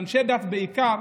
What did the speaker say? לאנשי דת בעיקר,